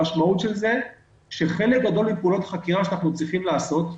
המשמעות של זה היא שחלק גדול מפעולות החקירה שאנחנו צריכים לעשות,